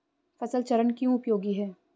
फसल चरण क्यों उपयोगी है?